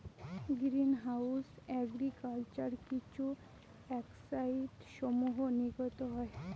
green house agriculture কিছু অক্সাইডসমূহ নির্গত হয়